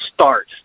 start